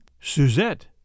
Suzette